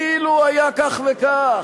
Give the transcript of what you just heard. אילו היה כך וכך,